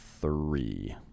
three